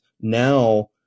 now